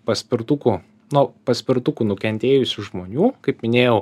paspirtukų nuo paspirtukų nukentėjusių žmonių kaip minėjau